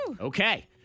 Okay